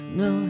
no